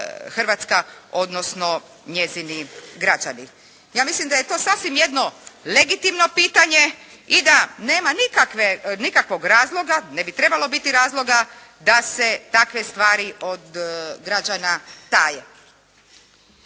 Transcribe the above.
Hrvatska, odnosno njezini građani. Ja mislim da je to sasvim jedno legitimno pitanje i da nema nikakvog razloga, ne bi trebalo biti razloga da se takve stvari od građana taje.